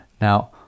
now